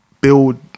build